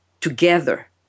together